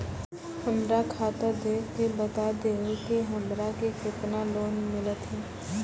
हमरा खाता देख के बता देहु के हमरा के केतना लोन मिलथिन?